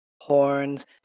Horns